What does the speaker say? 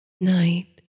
Night